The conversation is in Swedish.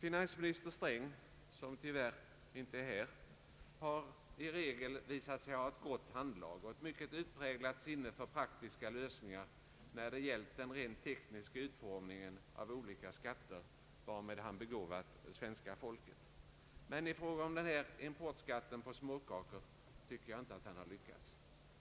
Finansminister Sträng, som tyvärr inte är här, har i regel visat sig ha ett gott handlag och ett utpräglat sinne för praktiska lösningar, när det gällt den rent tekniska utformningen av olika skatter varmed han begåvat svenska folket. Men i fråga om denna importskatt på småkakor tycker jag inte att han har lyckats.